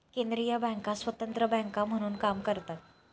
केंद्रीय बँका स्वतंत्र बँका म्हणून काम करतात